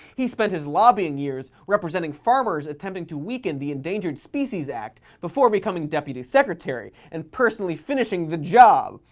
he spent his lobbying years representing farmers attempting to weaken the endangered species act before becoming deputy secretary and personally finishing the job,